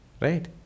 right